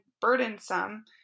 burdensome